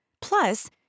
Plus